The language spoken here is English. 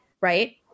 right